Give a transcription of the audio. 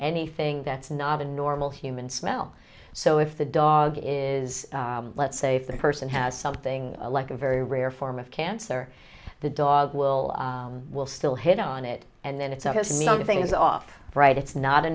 anything that's not a normal human smell so if the dog is let's say if the person has something like a very rare form of cancer the dog will we'll still hit on it and then it doesn't mean the thing is off right it's not a